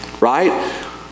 right